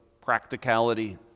practicality